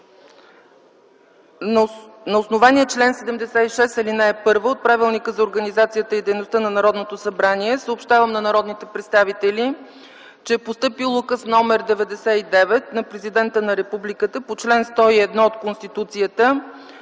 На основание чл. 76, ал. 1 от Правилника за организация и дейността на Народното събрание съобщавам на народните представители, че е постъпил Указ № 99 на Президента на Републиката по чл. 101 от Конституцията,